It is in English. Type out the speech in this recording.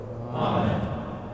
Amen